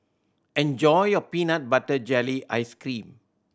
enjoy your peanut butter jelly ice cream